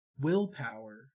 Willpower